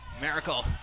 Miracle